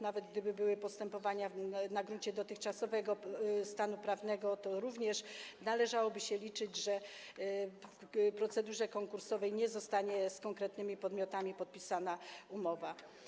Nawet gdyby były postępowania na gruncie dotychczasowego stanu prawnego, to również należałoby się liczyć z tym, że w procedurze konkursowej nie zostanie z konkretnymi podmiotami podpisana umowa.